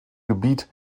gebiet